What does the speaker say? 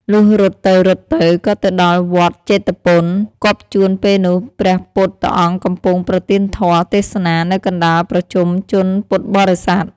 លុះរត់ទៅៗ ក៏ទៅដល់វត្តជេតពន គាប់ជួនពេលនោះ ព្រះពុទ្ធអង្គកំពុងប្រទានធម៌ ទេសនា នៅកណ្តាលប្រជុំជនពុទ្ធបរិស័ទ ។